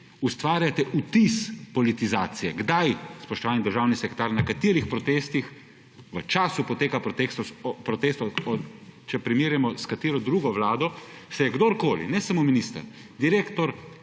Ustvarjate vtis politizacije. Kaj, spoštovani državni sekretar, na katerih protestih v času poteka protestov, če primerjamo s katero drugo Vlado, se je kdorkoli, ne samo minister, direktor,